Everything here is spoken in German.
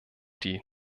die